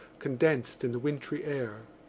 condensed in the wintry air.